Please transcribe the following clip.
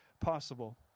possible